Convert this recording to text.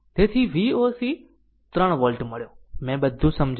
તેથી V o c 3 volt મળ્યો મેં બધું સમજાવ્યું